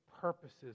purposes